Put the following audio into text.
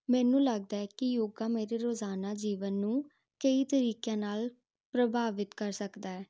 ਮੈਨੂੰ ਲੱਗਦਾ ਕਿ ਯੋਗਾ ਮੇਰੇ ਰੋਜ਼ਾਨਾ ਜੀਵਨ ਨੂੰ ਕਈ ਤਰੀਕਿਆਂ ਨਾਲ ਪ੍ਰਭਾਵਿਤ ਕਰ ਸਕਦਾ ਹੈ